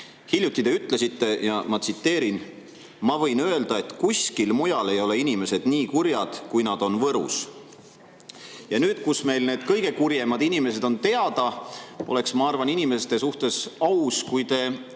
te ütlesite, ma tsiteerin: "Ma võin öelda, et kuskil mujal ei ole inimesed nii kurjad, kui nad on Võrus." Nüüd, kui meile on need kõige kurjemad inimesed teada, oleks, ma arvan, inimeste suhtes aus, kui te